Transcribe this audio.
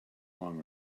long